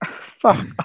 Fuck